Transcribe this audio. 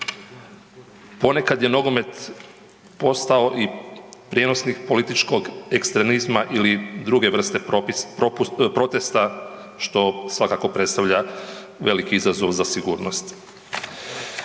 Ponekad je nogomet postao i prijenosnik političkog ekstremizma ili druge vrste protesta, što svakako predstavlja veliki izazov za sigurnost.